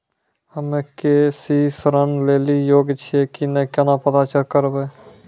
हम्मे के.सी.सी ऋण लेली योग्य छियै की नैय केना पता करबै?